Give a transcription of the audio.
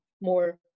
more